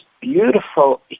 beautiful